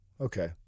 Okay